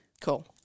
Cool